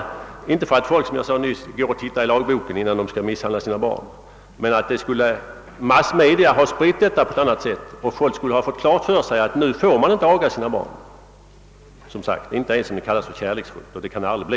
Visserligen ser människor inte efter i lagboken innan de skall misshandla sina barn, men massmedia skulle ha spritt lagens bestämmelser på ett sådant sätt att folk skulle ha fått klart för sig att man inte längre får aga sina barn — inte ens om det kallas kärleksfullt. Men kärleksfull kan aga aldrig bli.